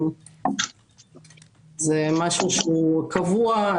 זה דבר קבוע,